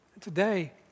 Today